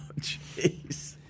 jeez